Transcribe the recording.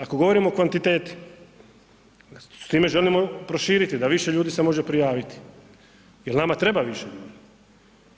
Ako govorimo o kvantiteti, s time želimo proširiti da više ljudi se može prijaviti jer nama treba više ljudi.